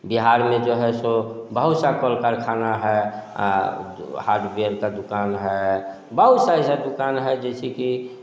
बिहार में जो है सो बहुत सफ़ल कारख़ाने हैं हार्डवेयर के दुकान हैं बहुत सी ऐसी दुकानें हैं जैसे कि